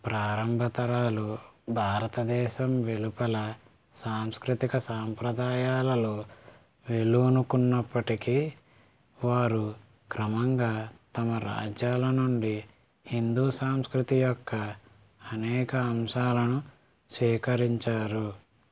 ప్రారంభ తరాలు భారతదేశం వెలుపల సాంస్కృతిక సాంప్రదాయాలలో వేళ్ళూనుకున్నప్పటికీ వారు క్రమంగా తమ రాజ్యాల నుండి హిందూ సాంస్కృతి యొక్క అనేక అంశాలను స్వీకరించారు